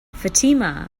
fatima